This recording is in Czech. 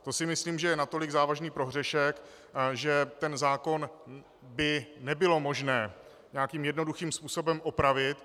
To si myslím, že je natolik závažný prohřešek, že ten zákon by nebylo možné nějakým jednoduchým způsobem opravit.